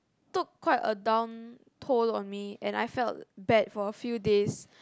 took quite a down toll on me and I felt bad for a few days